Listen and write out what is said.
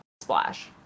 splash